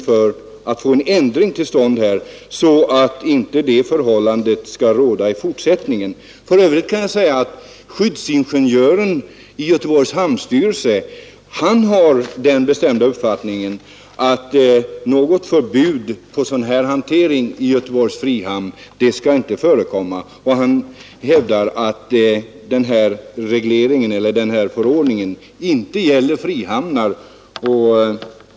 För övrigt kan jag säga att skyddsingenjören i Göteborgs hamnstyrelse har den bestämda uppfattningen att något förbud mot sådan här hantering i Göteborgs frihamn inte skall förekomma. Han hävdar att den här förordningen inte gäller frihamnar.